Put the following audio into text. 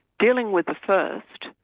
dealing with the first,